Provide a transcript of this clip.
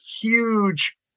huge